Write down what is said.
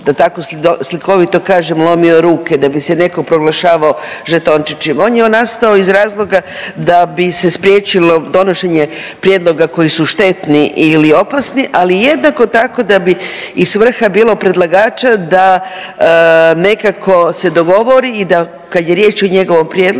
da tako slikovito kažem, lomio ruke, da bi se neko proglašavao žetončićem, on je nastao iz razloga da bi se spriječilo donošenje prijedloga koji su štetni ili opasni, ali jednako tako da bi i svrha bila predlagača da nekako se dogovori i da kad je riječ o njegovom prijedlogu